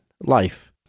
life